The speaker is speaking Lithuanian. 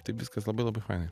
taip viskas labai labai fainai